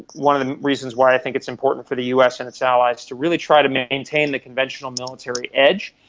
one of the reasons why i think it's important for the us and its allies to really try to maintain the conventional military edge.